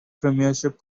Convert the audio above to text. premiership